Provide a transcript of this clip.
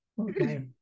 Okay